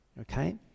Okay